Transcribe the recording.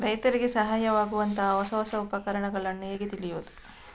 ರೈತರಿಗೆ ಸಹಾಯವಾಗುವಂತಹ ಹೊಸ ಹೊಸ ಉಪಕರಣಗಳನ್ನು ಹೇಗೆ ತಿಳಿಯುವುದು?